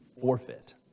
forfeit